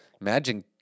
Imagine